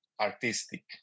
artistic